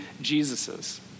Jesus's